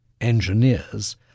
engineers